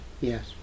Yes